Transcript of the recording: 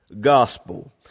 gospel